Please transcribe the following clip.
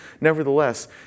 Nevertheless